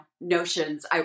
notions